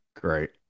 Great